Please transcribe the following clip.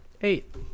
Eight